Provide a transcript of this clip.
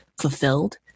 fulfilled